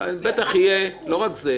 לא רק זה.